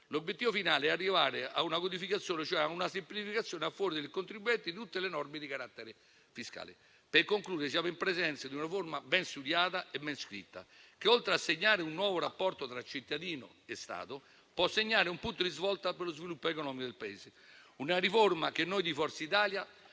L'obiettivo finale è arrivare a una codificazione, a una semplificazione a favore del contribuente di tutte le norme di carattere fiscale. Per concludere siamo in presenza di una riforma ben studiata e ben scritta che, oltre a segnare un nuovo rapporto tra cittadino e Stato, può segnare un punto di svolta per lo sviluppo economico del Paese. Una riforma che noi di Forza Italia